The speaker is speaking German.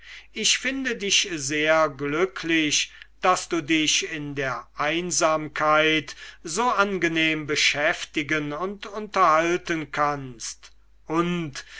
ich finde dich sehr glücklich daß du dich in der einsamkeit so angenehm beschäftigen und unterhalten kannst und